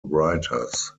writers